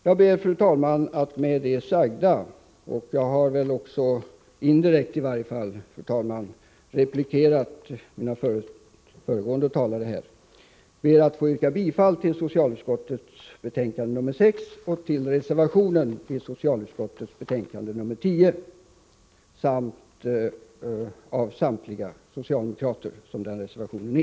Jag ber, fru talman, att med det sagda få yrka bifall till socialutskottets hemställan i betänkande 6 och till reservationen i socialutskottets betänkande 10 av samtliga socialdemokrater i utskottet. Med det anförda har jag också indirekt replikerat de föregående talarna.